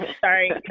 Sorry